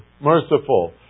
merciful